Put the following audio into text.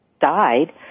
died